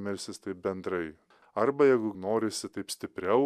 melsis tai bendrai arba jeigu norisi taip stipriau